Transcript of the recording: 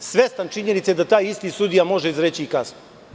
svestan činjenice da taj isti sudija može izreći i kaznu.